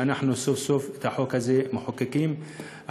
שאנחנו סוף-סוף מחוקקים את החוק הזה,